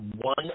one